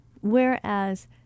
whereas